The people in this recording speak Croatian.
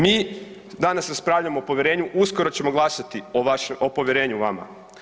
Mi danas raspravljamo o povjerenju, uskoro ćemo glasati o vašem, o povjerenju vama.